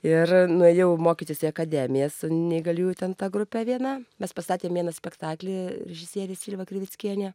ir nuėjau mokytis į akademiją su neįgaliųjų ten ta grupe viena mes pastatėm vieną spektaklį režisierė silva krivickienė